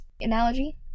analogy